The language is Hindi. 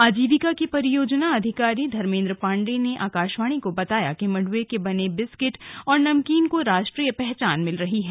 आजीविका के परियोजना अधिकारी धमेन्द्र पांडे ने आकाशवाणी को बताया मंडुवे के बने बिस्कुट और नमकीन को राष्ट्रीय पहचान मिल रही है